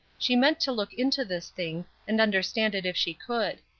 she meant to look into this thing, and understand it if she could.